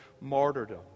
martyrdom